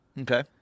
Okay